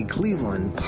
Cleveland